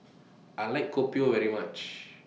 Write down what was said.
I like Kopi O very much